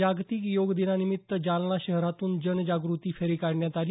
जागतिक योग दिनानिमित्त जालना शहरातून जनजागृती रॅली काढण्यात आली